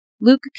Luke